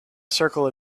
circle